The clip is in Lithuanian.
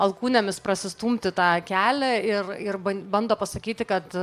alkūnėmis prasistumti tą kelią ir ir bando pasakyti kad